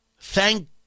Thank